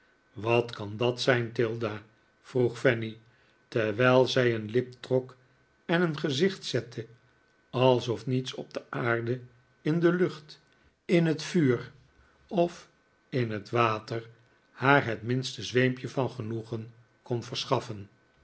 wat kan dat zijn tilda vroeg fanny terwijl zij een lip trok en een gezicht zette alsof niets op de aarde in de lucht in het vuur of in het water haar het minste zweempje van genoegen kon verschaffen